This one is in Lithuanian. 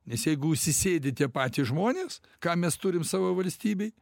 nes jeigu užsisėdi tie patys žmonės ką mes turim savo valstybėj